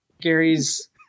gary's